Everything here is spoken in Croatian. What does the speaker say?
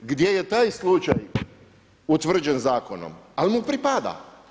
Gdje je taj slučaj utvrđen zakonom, al mu pripada.